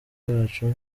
bwacu